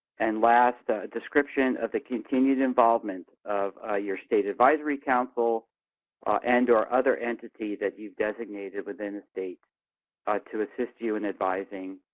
and last, a description of the continued involvement of ah your state advisory council and or other entity that you've designated within the state to assist you in advising